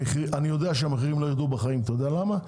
אני יודע שהמחירים לא ירדו בחיים, אתה יודע למה?